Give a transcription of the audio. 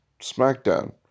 SmackDown